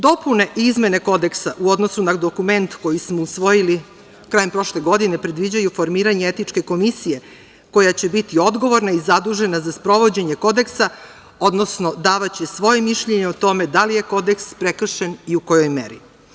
Dopune i izmene Kodeksa u odnosu na dokument koji smo usvojili krajem prošle godine predviđaju formiranje etičke komisije koja će biti odgovorna i zadužena za sprovođenje Kodeksa, odnosno davaće svoje mišljenje o tome da li je Kodeks prekršen i u kojoj meri.